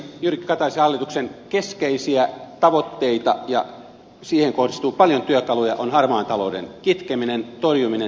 jyrki kataisen hallituksen keskeisiä tavoitteita ja siihen kohdistuu paljon työkaluja on harmaan talouden kitkeminen torjuminen